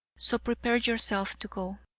so prepare yourself to go.